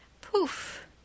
Poof